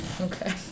Okay